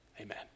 Amen